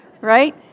Right